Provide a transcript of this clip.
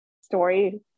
story